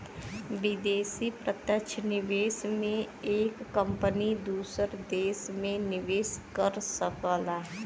विदेशी प्रत्यक्ष निवेश में एक कंपनी दूसर देस में निवेस कर सकला